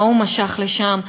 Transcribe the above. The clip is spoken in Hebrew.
ההוא משך לשם,